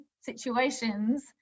situations